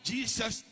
Jesus